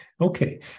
Okay